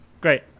Great